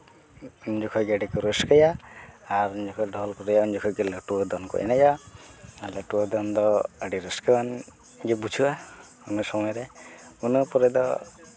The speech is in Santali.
ᱩᱱ ᱡᱚᱠᱷᱚᱡ ᱫᱚ ᱟᱹᱰᱤ ᱠᱚ ᱨᱟᱹᱥᱠᱟᱹᱭᱟ ᱟᱨ ᱩᱱ ᱡᱚᱠᱷᱚᱡ ᱰᱷᱚᱞ ᱠᱚ ᱨᱩᱭᱟ ᱩᱱ ᱡᱚᱠᱷᱚᱡ ᱜᱮ ᱱᱟᱹᱴᱣᱟᱹ ᱫᱚᱱ ᱠᱚ ᱮᱱᱮᱡᱼᱟ ᱟᱨ ᱱᱟᱹᱴᱣᱟᱹ ᱫᱚᱱ ᱫᱚ ᱟᱹᱰᱤ ᱨᱟᱹᱥᱠᱟᱹᱣᱟᱱ ᱡᱩᱛ ᱵᱩᱡᱷᱟᱹᱜᱼᱟ ᱤᱱᱟᱹ ᱥᱚᱢᱚᱭ ᱨᱮ ᱤᱱᱟᱹ ᱯᱚᱨᱮ ᱫᱚ